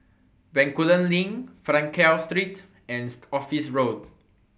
Bencoolen LINK Frankel Street and Office Road